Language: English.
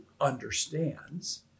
understands